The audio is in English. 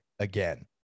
again